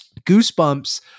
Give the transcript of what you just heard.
Goosebumps